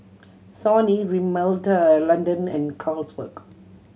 Sony Rimmel London and Carlsberg